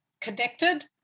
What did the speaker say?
connected